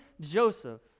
Joseph